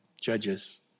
judges